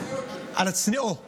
על הצניעות שלו.